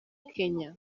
kenya